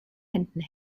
händen